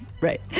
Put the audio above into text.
Right